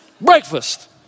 Breakfast